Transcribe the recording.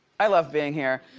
i love being here.